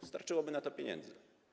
Wystarczyłoby na to pieniędzy.